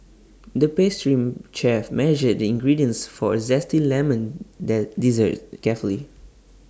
the pastry chef measured the ingredients for A Zesty Lemon dessert carefully